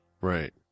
Right